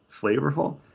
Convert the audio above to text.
flavorful